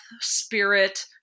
spirit